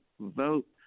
Vote